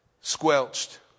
squelched